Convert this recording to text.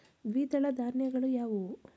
ದ್ವಿದಳ ಧಾನ್ಯಗಳಾವುವು?